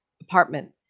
apartment